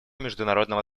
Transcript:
международного